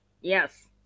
Yes